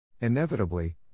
Inevitably